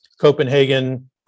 Copenhagen